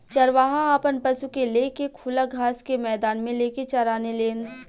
चरवाहा आपन पशु के ले के खुला घास के मैदान मे लेके चराने लेन